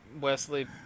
Wesley